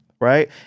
right